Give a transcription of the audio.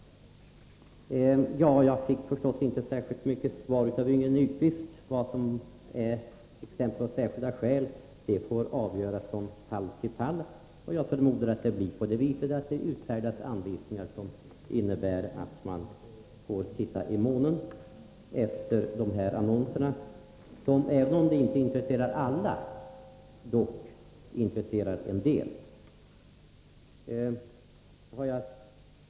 Jag fick förstås inte särskilt mycket svar från Yngve Nyquist på vad som är särskilda skäl. Detta får avgöras från fall till fall, sade han. Jag förmodar att det kommer att utfärdas anvisningar som innebär att man får titta i månen efter de här annonserna, som — även om de inte intresserar alla — dock intresserar en del.